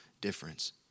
difference